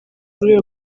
rwego